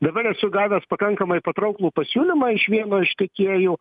dabar esu gavęs pakankamai patrauklų pasiūlymą iš vieno iš tiekėjų